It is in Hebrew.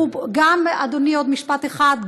אדוני, עוד משפט אחד.